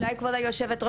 אולי כבוד היושבת-ראש,